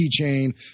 keychain